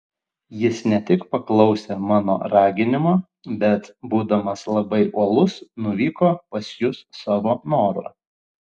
jis ne tik paklausė mano raginimo bet būdamas labai uolus nuvyko pas jus savo noru